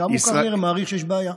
שם הוא מעריך שיש בעיה.